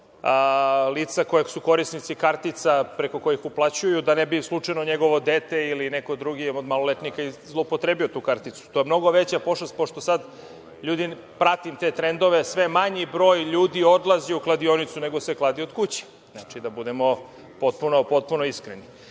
lica koja su korisnici kartica preko kojih uplaćuju da ne bi slučajno njegovo dete ili neko drugi od maloletnika zloupotrebio tu karticu. To je mnogo veća pošast, pošto sad ljudi, pratim te trendove, sve manji broj ljudi odlazi u kladionicu, nego se klade od kuće, da budemo potpuno iskreni. Znate,